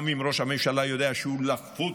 גם אם ראש הממשלה יודע שהוא לחוץ